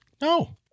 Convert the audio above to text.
No